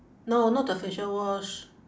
no not the facial wash